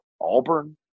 Auburn